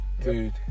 Dude